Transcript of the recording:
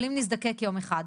אבל אם נזדקק יום אחד,